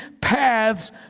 paths